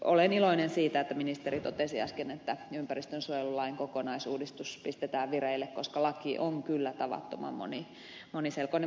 olen iloinen siitä että ministeri totesi äsken että ympäristönsuojelulain kokonaisuudistus pistetään vireille koska laki on kyllä tavattoman moniselkoinen